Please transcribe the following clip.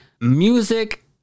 music